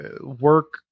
work